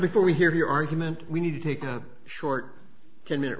before we hear your argument we need to take a short ten minute